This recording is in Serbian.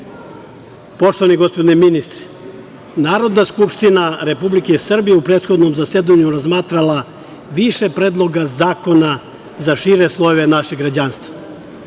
gospodine ministre, Narodna skupština Republike Srbije u prethodnom zasedanju je razmatrala više predloga zakona za šire slojeve našeg građanstva.